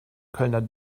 kölner